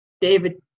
David